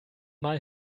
mal